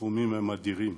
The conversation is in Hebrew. הסכומים הם אדירים.